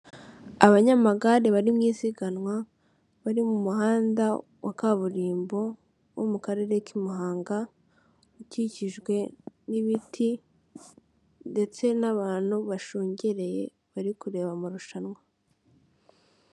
Abanyamagare bari mu isiganwa, bari mu muhanda wa kaburimbo wo mu karere k'i Muhanga, ukikijwe n'ibiti ndetse n'abantu bashungereye bari kureba amarushanwa.